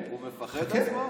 הוא מפחד על עצמו?